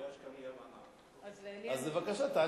בבקשה, אדוני.